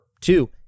two